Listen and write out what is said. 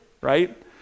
right